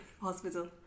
Hospital